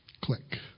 Click